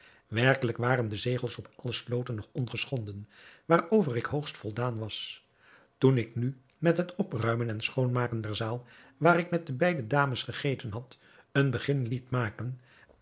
werkelijk waren de zegels op alle sloten nog ongeschonden waarover ik hoogst voldaan was toen ik nu met het opruimen en schoonmaken der zaal waar ik met de beide dames gegeten had een begin liet maken